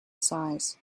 size